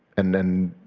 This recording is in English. and then,